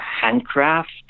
handcraft